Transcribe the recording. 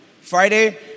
Friday